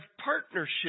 partnership